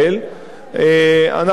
אנחנו רואים,